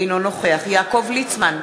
אינו נוכח יעקב ליצמן,